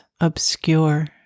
obscure